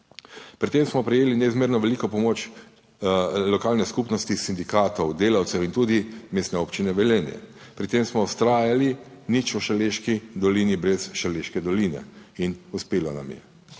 Pri tem smo prejeli neizmerno veliko pomoč lokalne skupnosti, sindikatov delavcev in tudi Mestne občine Velenje. Pri tem smo vztrajali, nič v Šaleški dolini brez Šaleške doline in uspelo nam je.